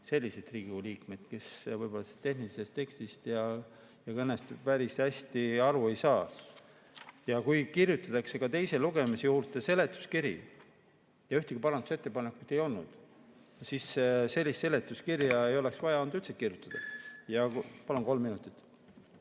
sellised Riigikogu liikmed, kes tehnilisest tekstist ja kõnest päris hästi aru ei saa. Ja kui kirjutatakse teise lugemise juurde seletuskiri, aga ühtegi parandusettepanekut ei olnud, siis sellist seletuskirja ei oleks vaja olnud üldse kirjutada. Palun kolm minutit.